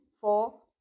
four